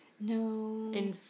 No